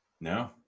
No